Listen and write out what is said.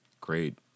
great